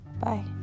Bye